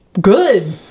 Good